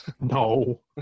No